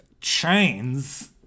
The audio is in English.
Chains